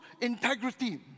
integrity